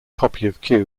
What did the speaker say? copy